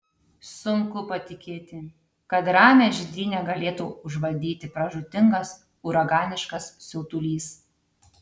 sunku patikėti kad ramią žydrynę galėtų užvaldyti pražūtingas uraganiškas siautulys